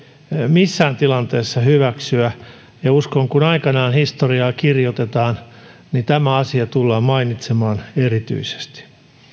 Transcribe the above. missään tilanteessa hyväksyä ja uskon että kun aikanaan historiaa kirjoitetaan niin tämä asia tullaan mainitsemaan erityisesti